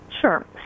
Sure